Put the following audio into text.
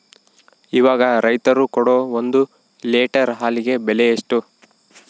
ಇವಾಗ ರೈತರು ಕೊಡೊ ಒಂದು ಲೇಟರ್ ಹಾಲಿಗೆ ಬೆಲೆ ಎಷ್ಟು?